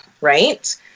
right